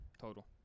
total